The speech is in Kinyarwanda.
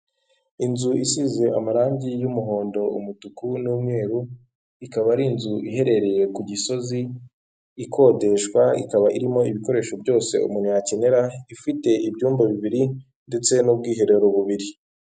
Inzu isize amarangi y'umuhondo, umutuku n'umweru, ikaba ari inzu iherereye ku Gisozi ikodeshwa, ikaba irimo ibikoresho byose umuntu yakenera, ifite ibyumba bibiri ndetse n'ubwiherero bubiri.